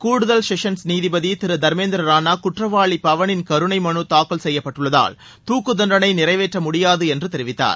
கூடுதல் செஷன் நீதிபதி திரு தர்மேந்தர் ராணா குற்றவாளி பவனின் கருணை மனு தாக்கல் செய்யப்பட்டுள்ளதால் துக்குதண்டனை நிறைவேற்ற முடியாது என்று அவர் தெரிவித்தார்